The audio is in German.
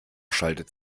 schaltet